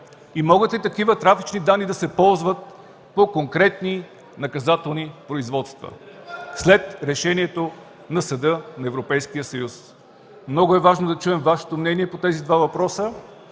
и могат ли такива трафични данни да се ползват по конкретни наказателни производства след решението на Съда на Европейския съюз? Много е важно да чуем Вашето мнение по тези два въпроса,